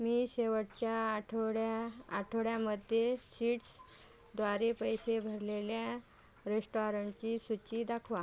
मी शेवटच्या आठवड्या आठवड्यामध्ये स्ट्रीट्सद्वारे पैसे भरलेल्या रेस्टॉरंटची सूची दाखवा